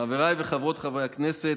חבריי וחברותיי חברי הכנסת,